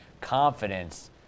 confidence